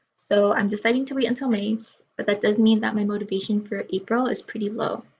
so i'm deciding to wait until may but that doesn't mean that my motivation for april is pretty low.